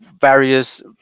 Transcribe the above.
various